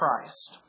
Christ